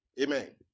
Amen